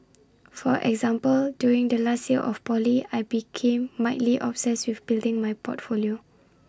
for example during the last year of poly I became mildly obsessed with building my portfolio